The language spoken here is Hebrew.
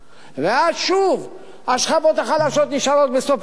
ואז שוב השכבות החלשות נשארות בסוף התור.